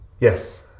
Yes